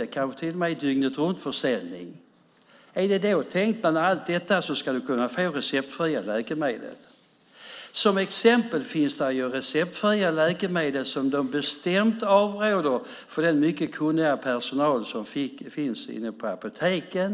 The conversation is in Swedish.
Det kanske till och med är dygnet-runt-försäljning. Är det tänkt att man bland allt detta ska kunna få receptfria läkemedel? Som exempel finns det receptfria läkemedel som den mycket kunniga personal som finns inne på apoteken